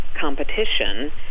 competition